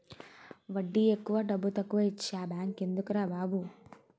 వడ్డీ ఎక్కువ డబ్బుతక్కువా ఇచ్చే ఆ బేంకెందుకురా బాబు